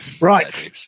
right